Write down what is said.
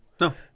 No